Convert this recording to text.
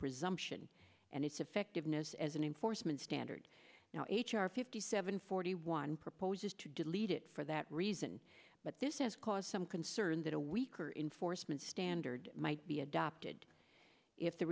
presumption and its effectiveness as an enforcement standard now h r fifty seven forty one proposes to delete it for that reason but this has caused some concern that a weaker in forstmann standard might be adopted if the